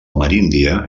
ameríndia